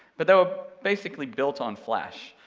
but they were basically built on flash,